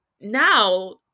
now